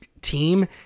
team